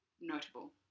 notable